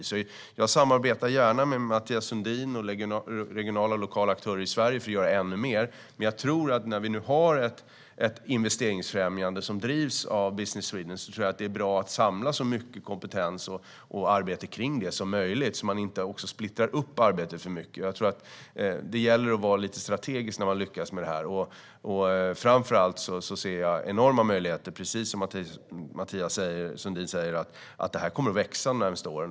Jag samarbetar gärna med Mathias Sundin och regionala och lokala aktörer i Sverige för att göra ännu mer, men när vi nu har ett investeringsfrämjande som drivs av Business Sweden tror jag att det är bra att samla så mycket kompetens och arbete som möjligt där så att man inte splittrar upp arbetet för mycket. Det gäller att vara lite strategisk när man lyckas med detta. Framför allt ser jag, precis som Mathias Sundin, enorma möjligheter för detta att växa de närmaste åren.